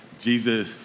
Jesus